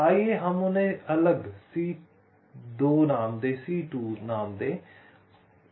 आइए हम उन्हें अलग C2 नाम दें